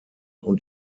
und